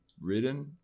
written